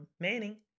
manning